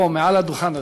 פה, מעל הדוכן הזה,